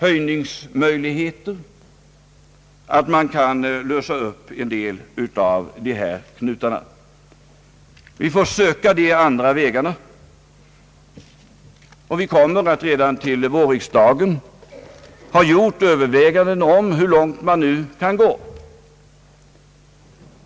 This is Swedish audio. Vi får söka komma fram på de andra vägarna, och vi kommer att redan till vårriksdagen ha gjort överväganden om hur långt vi kan gå i detta fall.